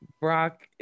Brock